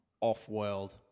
off-world